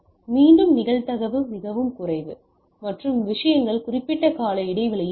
மீண்டும் நிகழ்தகவு மிகவும் குறைவு மற்றும் விஷயங்கள் குறிப்பிட்ட கால இடைவெளியில் இல்லை